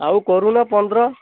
ଆଉ କରୁନ ପନ୍ଦର